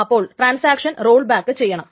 അപ്പോൾ transaction rollback ചെയ്യണം